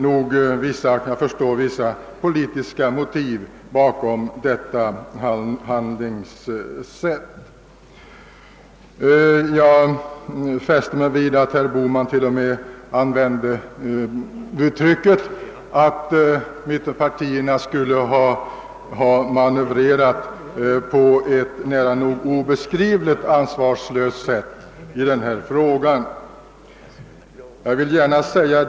Jag förstår att det ligger politiska motiv bakom detta hans agerande. Jag fäste mig vid att herr Bohman använde uttrycket att mittenpartierna manövrerat på ett nära nog obeskrivligt ansvarslöst sätt i denna fråga.